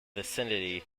vicinity